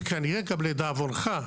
וכנראה גם לדאבונך,